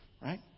right